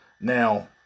Now